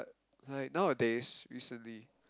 like nowadays recently